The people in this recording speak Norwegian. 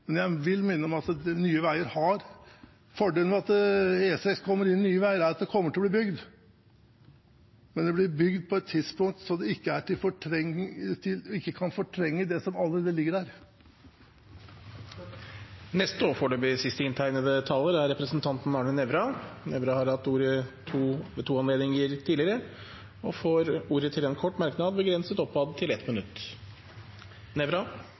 Men jeg vil minne om at fordelen med at E6 kommer inn i Nye Veier, er at det kommer til å bli bygd, men det blir bygd på et tidspunkt som gjør at det ikke kan fortrenge det som allerede ligger der. Representanten Arne Nævra har hatt ordet to ganger tidligere og får ordet til en kort merknad, begrenset til 1 minutt.